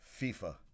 FIFA